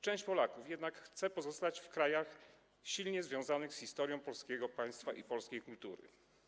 Część Polaków jednak chce pozostać w krajach silnie związanych z historią polskiego państwa i polskiej kultury.